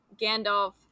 Gandalf